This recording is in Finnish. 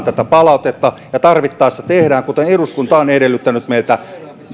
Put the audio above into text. tätä palautetta ja tarvittaessa teemme kuten eduskunta on edellyttänyt meiltä